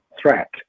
threat